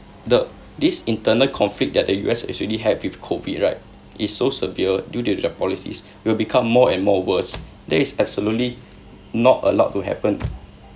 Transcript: the this internal conflict that the U_S is already have with COVID right is so severe due to their policies will become more and more worse that is absolutely not allowed to happen